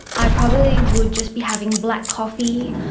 i probably would just be having black coffee,